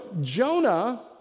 Jonah